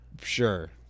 Sure